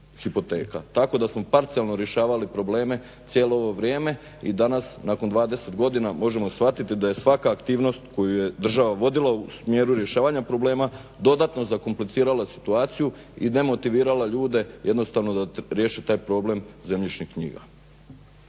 Tako da smo parcijalno rješavali probleme cijelo ovo vrijeme i danas nakon 20 godina možemo shvatiti da je svaka aktivnost koju je država vodila u smjeru rješavanja problema dodatno zakomplicirala situaciju i demotivirala ljude jednostavno da riješe taj problem zemljišnih knjiga.